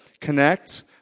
Connect